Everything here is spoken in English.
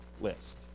list